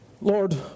Lord